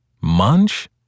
Munch